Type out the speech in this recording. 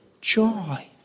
Joy